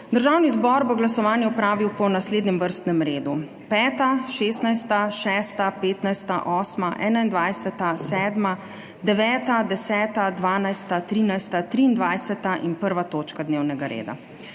Državni zbor bo glasovanje opravil po naslednjem vrstnem redu: 5., 16., 6., 15., 8., 21., 7., 9., 10., 12., 13., 23. in 1. točka dnevnega reda.